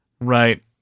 right